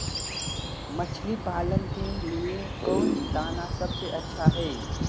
मछली पालन के लिए कौन दाना सबसे अच्छा है?